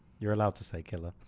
you're allowed to say killer.